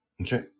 Okay